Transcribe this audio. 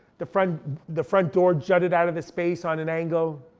the front the front door jutted out of the space on an angle.